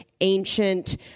ancient